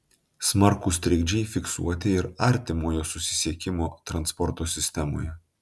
smarkūs trikdžiai fiksuoti ir artimojo susisiekimo transporto sistemoje